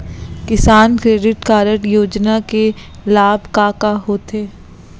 किसान credit card योजना के लाभ का का होथे?